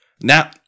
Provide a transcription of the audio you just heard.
Now